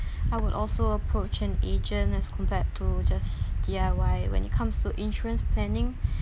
I would also approach an agent as compared to just D_I_Y when it comes to insurance planning